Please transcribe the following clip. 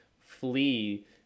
flee